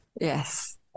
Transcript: Yes